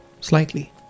slightly